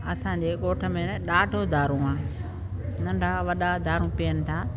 असांजे ॻोठ में न ॾाढो दारूं आहे नंढा वॾा दारूं पीयनि था